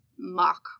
mock